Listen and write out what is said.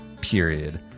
period